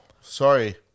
sorry